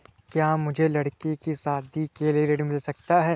क्या मुझे लडकी की शादी के लिए ऋण मिल सकता है?